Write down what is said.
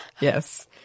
Yes